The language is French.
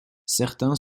certains